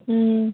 ꯎꯝ